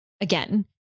again